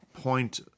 point